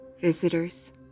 visitors